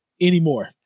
anymore